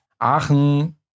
Aachen